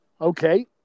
Okay